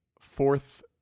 fourth